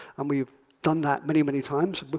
and we've done that many, many times. but